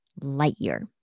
Lightyear